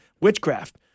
witchcraft